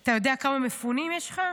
אתה יודע כמה מפונים יש לך?